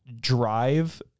drive